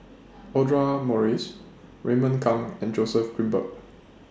Audra Morrice Raymond Kang and Joseph Grimberg